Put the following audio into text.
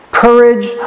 Courage